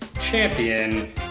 champion